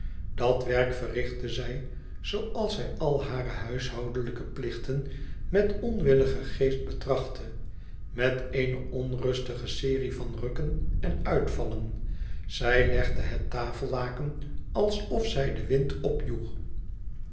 dat werk verrichtte zij zooals zij al hare huishoudelijke plichten met onwilligen geest betrachtte met eene onrustige serie van rukken en uitvallen zij legde het tafellaken alsof zij den wind opjoeg